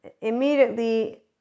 Immediately